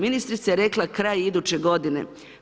Ministrica je rekla kraj iduće godine.